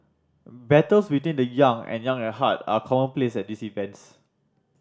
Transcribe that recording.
battles between the young and young at heart are commonplace at these events